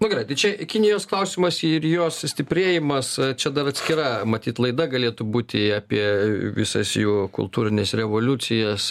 nu gerai tai čia kinijos klausimas ir jos stiprėjimas čia dar atskira matyt laida galėtų būti apie visas jų kultūrines revoliucijas